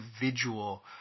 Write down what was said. individual